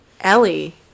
ellie